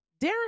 Darren